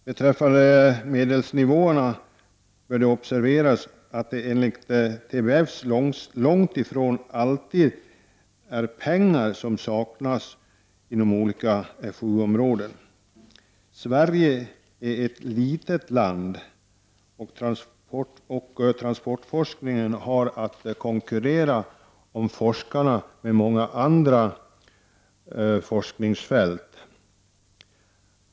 Beträffande medelsnivåerna bör det observeras att det enligt TFB långt ifrån alltid är pengar som saknas inom olika FOU-områden. Sverige är ett litet land, och transportforskningen har att konkurrera om forskarna med många andra forskningsfält.